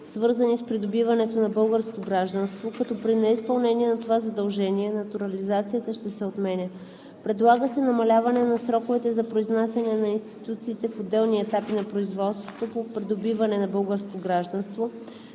свързани с придобиването на българско гражданство, като при неизпълнение на това задължение натурализацията ще се отменя. Предлага се намаляване на сроковете за произнасяне на институциите в отделни етапи на производството по придобиване на българско гражданство,